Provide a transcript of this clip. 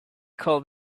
called